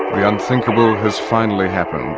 the unthinkable has finally happened.